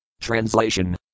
Translation